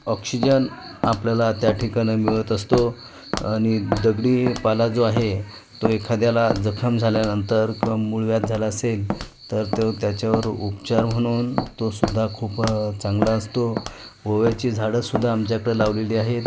oxygen आपल्याला त्या ठिकाणी मिळत असतो आणि दगडीपाला जो आहे तो एखाद्याला जखम झाल्यानंतर किवा मूळव्याध झाला असेल तर तो त्याच्यावर उपचार म्हणून तो सुद्धा खूप चांगला असतो बोव्याची झाडंसुद्धा आमच्याकडं लावलेली आहेत